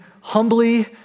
humbly